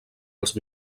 els